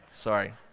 sorry